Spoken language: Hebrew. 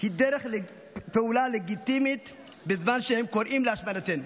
היא דרך לפעולה לגיטימית בזמן שהם קוראים להשמדתנו,